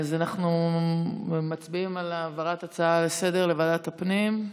אנחנו מצביעים על העברת ההצעה לסדר-היום לוועדת הפנים.